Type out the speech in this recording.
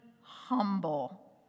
humble